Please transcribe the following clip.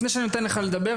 לפני שאני נותן לך לדבר,